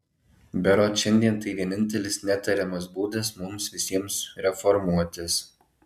berods šiandien tai vienintelis netariamas būdas mums visiems reformuotis